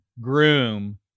groom